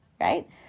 right